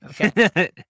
Okay